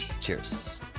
Cheers